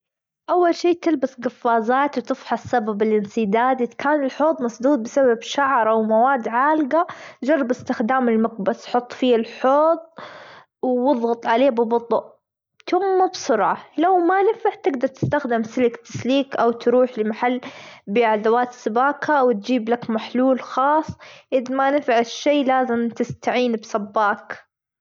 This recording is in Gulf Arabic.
أول شي تلبس قفازات وتفحص سبب الإنسداد إذ كان الحوض مسدود بسبب شعر، أو مواد عالجه جرب استخدام المجبس حط فيه الحوض واضغط عليه ببطئ ثم بسرعة لو ما نفع تجدر تستخدم سلك تسليك، أو تروح لمحل بيع أدوات السباكة وتجيب لك محلول خاص إذ ما نفع الشي لازم تستعين بسباك.